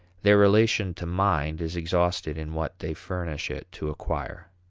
their relation to mind is exhausted in what they furnish it to acquire.